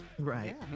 Right